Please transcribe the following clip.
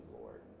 Lord